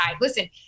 Listen